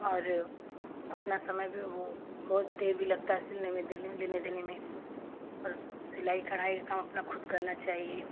और अपना समय भी वो बहुत देर भी लगता है सिलने में देने लेने देने में और सिलाई कढ़ाई का काम अपना खुद करना चाहिए